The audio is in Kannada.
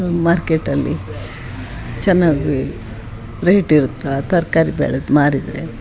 ಮಾರ್ಕೆಟ್ಟಲ್ಲಿ ಚೆನ್ನಾಗಿ ರೇಟ್ ಇರುತ್ತೋ ಆ ತರಕಾರಿ ಬೆಳೆದ್ ಮಾರಿದರೆ